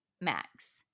Max